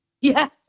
Yes